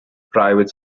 private